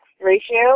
ratio